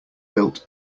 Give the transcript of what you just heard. built